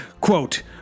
Quote